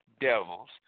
devils